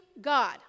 God